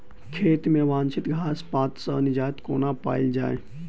खेत मे अवांछित घास पात सऽ निजात कोना पाइल जाइ?